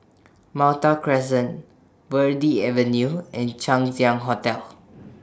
Malta Crescent Verde Avenue and Chang Ziang Hotel